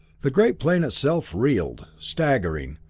the great plane itself reeled, staggering,